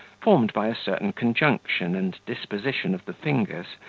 formed by a certain conjunction and disposition of the fingers,